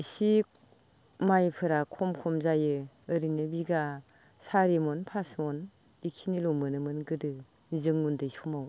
इसे माइफोरा खम खम जायो ओरैनो बिगा सारि मन पास मन बेखिनिल' मोनोमोन गोदो जों उन्दै समाव